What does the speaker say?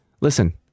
Listen